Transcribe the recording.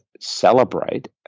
celebrate